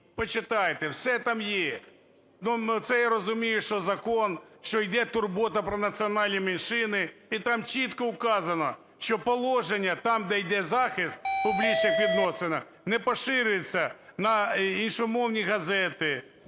Почитайте, все там є. Це, я розумію, що закон, що іде турбота про національні меншини, і там чітко вказано, що положення там, де йде захист у публічних відносинах, не поширюється на іншомовні газети,